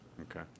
Okay